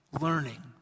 learning